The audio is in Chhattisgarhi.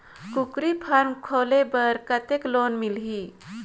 कूकरी फारम खोले बर कतेक लोन मिलही?